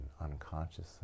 unconsciously